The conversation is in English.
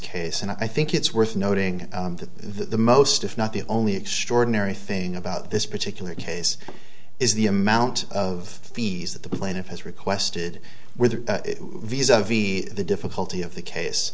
case and i think it's worth noting that the most if not the only extraordinary thing about this particular case is the amount of fees that the plaintiff has requested with the visa v the difficulty of the case